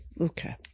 Okay